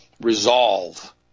resolve